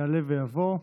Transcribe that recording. יעלה ויבוא,